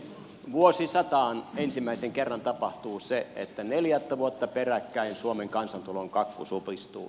vuosisataan ensimmäisen kerran tapahtuu se että neljättä vuotta peräkkäin suomen kansantulon kakku supistuu